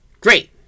Great